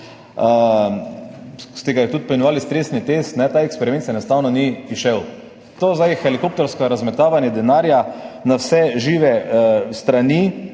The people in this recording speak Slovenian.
ste ga tudi poimenovali stresni test, ta eksperiment enostavno ni izšel. To helikoptersko razmetavanje denarja na vse žive strani